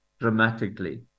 dramatically